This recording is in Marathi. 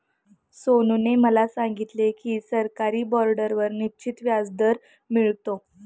सोनूने मला सांगितले की सरकारी बाँडवर निश्चित व्याजदर मिळतो